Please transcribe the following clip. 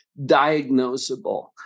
diagnosable